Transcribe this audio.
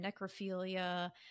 necrophilia